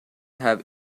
have